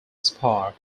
spar